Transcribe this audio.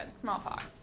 smallpox